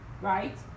right